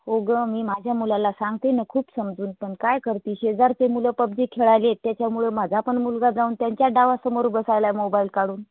हो गं मी माझ्या मुलाला सांगते न खूप समजून पण काय करते शेजारचे मुलं पबजी खेळायला येतात त्याच्यामुळं माझा पण मुलगा जाऊन त्यांच्या डावासमोर बसायलाय मोबाईल काढून